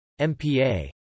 MPA